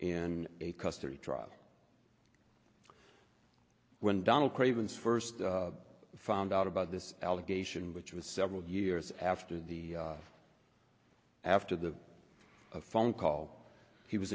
in a custody trial when donal craven's first found out about this allegation which was several years after the after the phone call he was